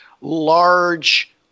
large